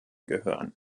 gehören